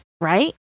right